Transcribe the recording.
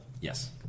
Yes